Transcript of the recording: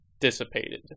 dissipated